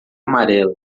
amarela